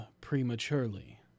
prematurely